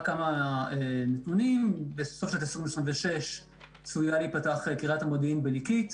רק כמה נתונים: בסוף שנת 2026 צפויה להיפתח קריית המודיעין בליקית.